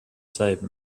save